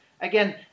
again